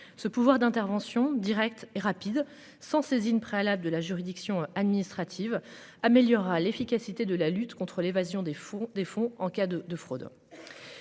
ce pouvoir d'intervention directe et rapide sans saisine préalable de la juridiction administrative améliorera l'efficacité de la lutte contre l'évasion des fonds des fonds